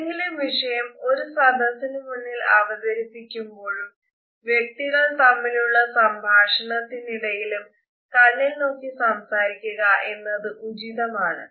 ഏതെങ്കിലും വിഷയം ഒരു സദസിന് മുന്നിൽ അവതരിപ്പിക്കുമ്പോഴും വ്യക്തികൾ തമ്മിലുള്ള സംഭാഷണത്തിനിടയിലും കണ്ണിൽ നോക്കി സംസാരിക്കുക എന്നത് ഉചിതമാണ്